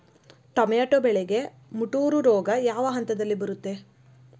Tomato ಬೆಳೆಗೆ ಮುಟೂರು ರೋಗ ಯಾವ ಹಂತದಲ್ಲಿ ಬರುತ್ತೆ?